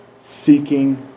seeking